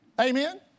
Amen